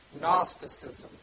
Gnosticism